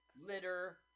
Litter